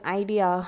idea